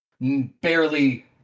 barely